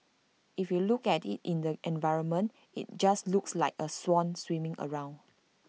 if you look at IT in the environment IT just looks like A swan swimming around